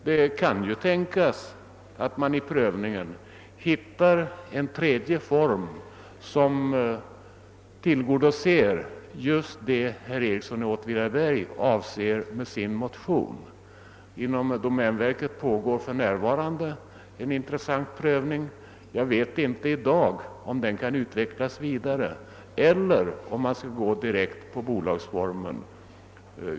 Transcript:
Det kan ju tänkas att man vid den fortsatta behandlingen av frågan finner en tredje form som tillgodoser just det som herr Ericsson i Åtvidaberg åsyftar med sin motion. Inom domänverket pågår för närvarande en undersökning där man tagit upp intressanta tankar beträffande verksamhetsformerna. Jag vet inte i dag, om dessa kan utvecklas vidare eller om man skall gå direkt på bolagsformen.